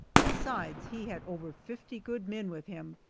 besides, he had over fifty good men with him,